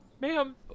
Ma'am